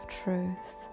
truth